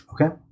okay